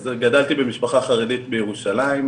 אז גדלתי במשפחה חרדית בירושלים,